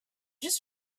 just